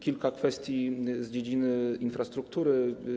Kilka kwestii z dziedziny infrastruktury.